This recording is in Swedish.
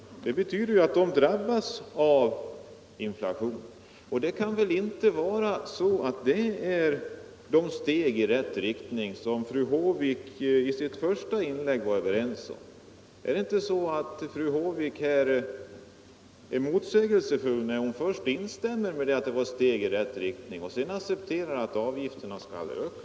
Men det betyder ju att det blir patienterna som drabbas av inflationen, och det kan väl inte vara ett steg i rätt riktning, som fru Håvik i sitt första inlägg höll med om att reformen var. Är inte fru Håvik motsägelsefull när hon först instämmer i att förslaget om sjukronan var ett steg i rätt riktning och sedan accepterar att avgifterna skall öka?